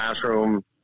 classroom